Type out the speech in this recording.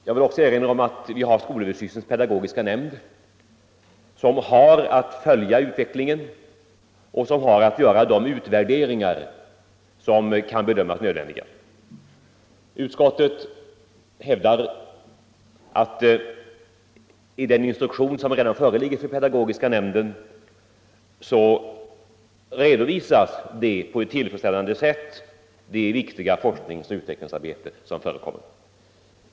Jag vill vidare erinra om att skolöverstyrelsens pedagogiska nämnd har till uppgift att följa utvecklingen och göra de utvärderingar som kan bedömas vara nödvändiga. Utskottet hävdar att det i pedagogiska nämndens verksamhetsberättelser redovisas på ett tillfredsställande sätt vilket viktigt forskningsoch utvecklingsarbete som pågår.